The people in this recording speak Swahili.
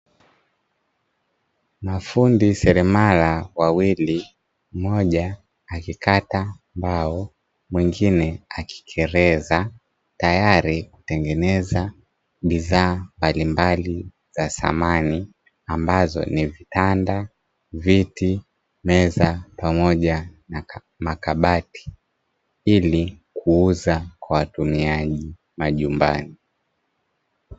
Mafundi seremala wawili, mmoja akikata mbao, mwingine akikereza tayari kutengeneza bidhaa mbalimbali za samani, ambazo ni vitanda, viti, meza, pamoja na makabati, ili kuuza kwa watumiaji majumbani.